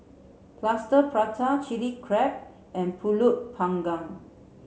Plaster Prata Chilli Crab and Pulut panggang